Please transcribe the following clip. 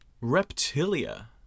Reptilia